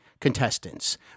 Contestants